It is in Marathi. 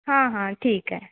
हां हां ठीक आहे